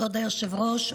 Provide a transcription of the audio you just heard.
כבוד היושב-ראש,